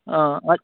हां अच्छा